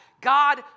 God